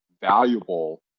valuable